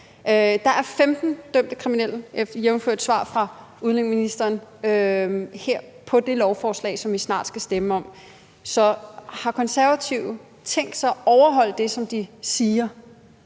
Der er 15 dømte kriminelle, jævnfør et svar fra udlændingeministeren, på det lovforslag, som vi snart skal stemme om her. Så har Konservative tænkt sig at overholde det, som de siger,